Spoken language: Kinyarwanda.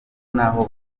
ntaho